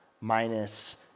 minus